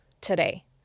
today